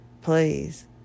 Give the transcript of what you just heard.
please